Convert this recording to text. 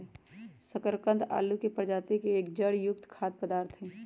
शकरकंद आलू के प्रजाति के एक जड़ युक्त खाद्य पदार्थ हई